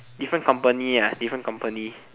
different company ya different company